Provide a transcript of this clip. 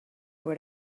what